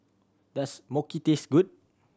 does taste good